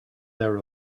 their